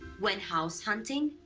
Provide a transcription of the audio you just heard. when house-hunting,